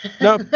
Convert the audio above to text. No